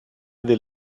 del